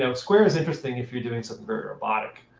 so square is interesting if you're doing something very robotic.